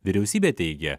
vyriausybė teigia